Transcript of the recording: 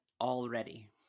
already